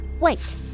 Wait